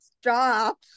stop